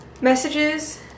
messages